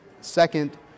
Second